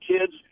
kids